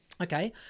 Okay